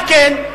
מה כן?